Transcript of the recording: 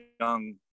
young